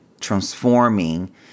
transforming